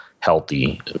healthy